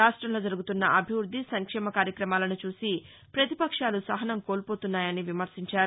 రాష్ట్రంలో జరుగుతున్న అభివృద్ది సంక్షేమ కార్యక్రమాలను చూసి ప్రతిపక్షాలు సహసం కోల్పోతున్నాయని విమర్చించారు